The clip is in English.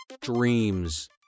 Dreams